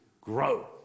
grow